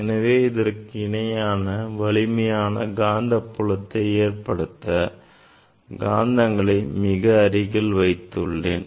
எனவே இதற்கு இணையாக வலிமையான காந்தப் புலத்தை ஏற்படுத்த காந்தங்களை மிக அருகில் வைத்துள்ளேன்